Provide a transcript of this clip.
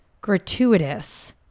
gratuitous